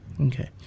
okay